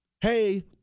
hey